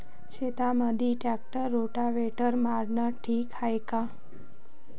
शेतामंदी tractor rotavator मारनं ठीक हाये का?